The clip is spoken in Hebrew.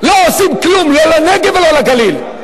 לא עושים כלום, לא לנגב ולא לגליל.